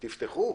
תפתחו.